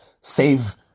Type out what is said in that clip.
save